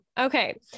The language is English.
Okay